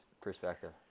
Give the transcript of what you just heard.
perspective